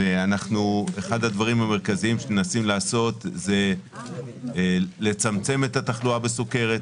אחד הדברים המרכזיים שאנחנו מנסים לעשות הוא לצמצם את התחלואה בסוכרת.